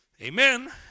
Amen